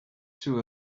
two